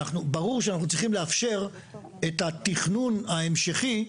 ברור שאנחנו צריכים להמשיך את התכנון ההמשכי.